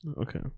Okay